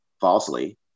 falsely